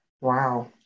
Wow